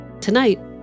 Tonight